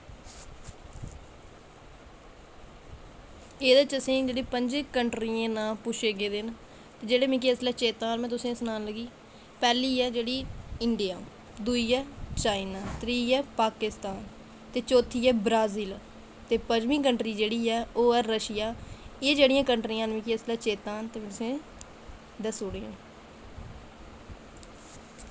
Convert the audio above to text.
एह्दै असेंगी पंजै कन्ट्रियें दे नांऽ पुच्छे गेदे न ते जेह्ड़े मिगी चेत्ता न में तुसेंगी सनान लगी पैह्ली ऐ जेह्ड़ी इंडिया दुई ऐ चाईन त्रीह् ऐ पाकिस्तान ते चौत्थी ऐ ब्राजिल तं पंजमीं कंट्री जेह्ड़ी ऐ ओह् ऐ रशिया एह् कंट्रियां जेह्ड़ियां मिगी चेत्ता न ते में तुसेंगी दस्सी ओड़ियां